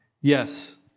Yes